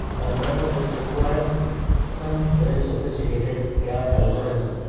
remember this requires some very sophisticated ai algorithm.